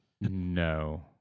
No